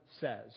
says